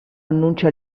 annuncia